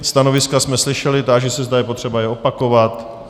Stanoviska jsme slyšeli, táži, se zda je třeba je opakovat.